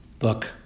look